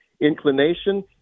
inclination